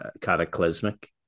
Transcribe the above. cataclysmic